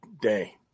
day